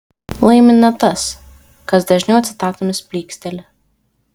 laimi ne tas kas dažniau citatomis plyksteli